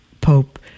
Pope